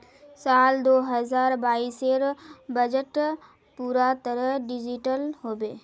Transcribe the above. साल दो हजार बाइसेर बजट पूरा तरह डिजिटल हबे